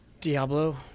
Diablo